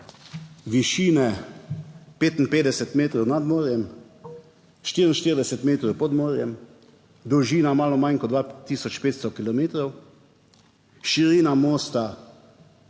višine 55 metrov nad morjem, 44 metrov pod morjem, dolžina malo manj kot 2 tisoč 500 kilometrov, širina mosta